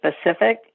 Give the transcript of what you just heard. specific